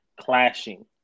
clashing